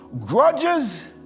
Grudges